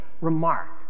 remark